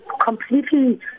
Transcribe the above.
completely